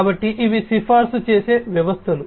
కాబట్టి ఇవి సిఫార్సు చేసే వ్యవస్థలు